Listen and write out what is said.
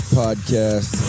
podcast